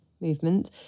movement